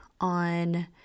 on